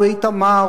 באיתמר,